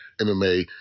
MMA